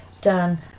done